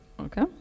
Okay